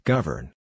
Govern